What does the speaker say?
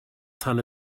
tan